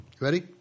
ready